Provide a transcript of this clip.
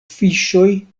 fiŝoj